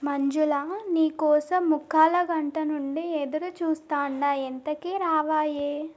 మంజులా, నీ కోసం ముక్కాలగంట నుంచి ఎదురుచూస్తాండా ఎంతకీ రావాయే